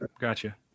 gotcha